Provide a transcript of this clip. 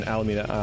Alameda